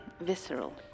visceral